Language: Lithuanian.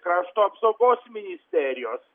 krašto apsaugos ministerijos